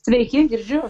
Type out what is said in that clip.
sveiki girdžiu